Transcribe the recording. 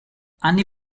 anni